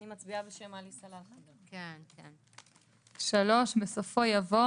אני קוראת את הסתייגות מס' 3: 3. בסופו יבוא